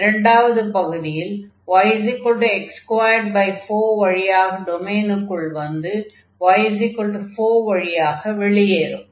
இரண்டாவது பகுதியில் yx24 வழியாக டொமைனுக்குள் வந்து y4 வழியாக வெளியேறும்